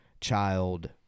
child